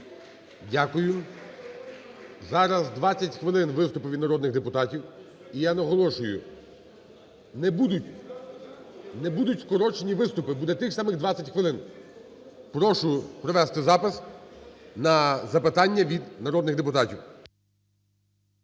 Дякую. Зараз 20 хвилин виступи від народних депутатів. І я наголошую, не будуть, не будуть скорочені виступи, буде тих самих 20 хвилин. Прошу провести запис на запитання від народних депутатів.